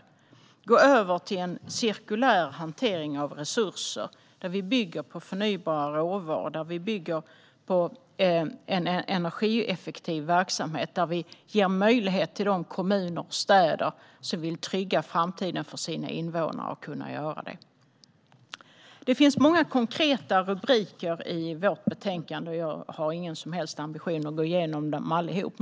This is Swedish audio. Vi vill gå över till en cirkulär hantering av resurser där man bygger på förnybara råvaror och en energieffektiv verksamhet där man ger möjlighet till de kommuner och städer som vill trygga framtiden för sina invånare att göra detta. Det finns många konkreta rubriker i betänkandet, och jag har ingen som helst ambition att gå igenom allihop.